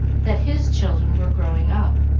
that his children were growing up.